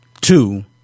two